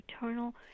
eternal